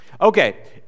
Okay